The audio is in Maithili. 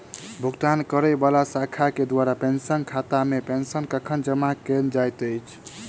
भुगतान करै वला शाखा केँ द्वारा पेंशनरक खातामे पेंशन कखन जमा कैल जाइत अछि